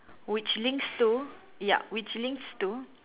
which links to ya which links to